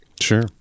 sure